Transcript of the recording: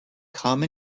come